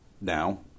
now